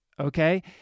Okay